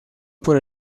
por